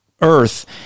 Earth